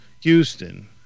Houston